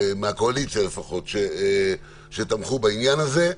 מהקואליציה לפחות, שתמכו בעניין הזה,